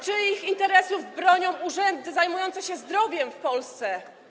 Czyich interesów bronią urzędy zajmujące się zdrowiem w Polsce?